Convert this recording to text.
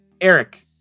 Eric